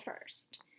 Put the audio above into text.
first